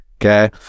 okay